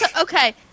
Okay